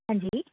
હાજી